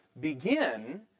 begin